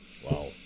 Wow